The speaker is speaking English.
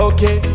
Okay